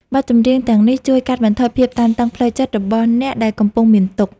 បទចម្រៀងទាំងនេះជួយកាត់បន្ថយភាពតានតឹងផ្លូវចិត្តរបស់អ្នកដែលកំពុងមានទុក្ខ។